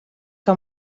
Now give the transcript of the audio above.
que